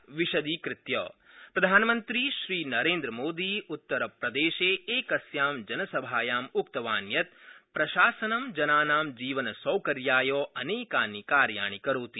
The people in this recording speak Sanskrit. प्रधानमन्त्री प्रयागराज प्रधानमन्त्री श्रीनरेन्द्रमोदी उत्तरप्रदेशे एकस्यां जनसभायामुक्तवान् यत् प्रशासनं जनानां जीवनसौकर्याय अनेकानि कार्याणि करोति